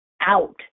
out